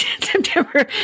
September